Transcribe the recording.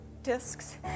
discs